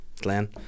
Glenn